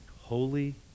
Holy